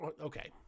okay